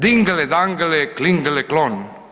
Dingele-dangele, klingele klon!